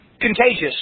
Contagious